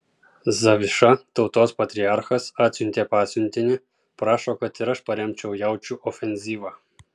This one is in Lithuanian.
zaviša tautos patriarchas atsiuntė pasiuntinį prašo kad ir aš paremčiau jaučių ofenzyvą